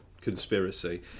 conspiracy